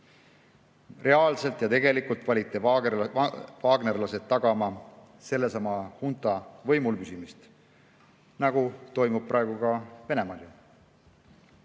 Reaalselt, tegelikult valiti wagnerlased tagama sellesama hunta võimul püsimist, nagu toimub praegu ka Venemaal. Meie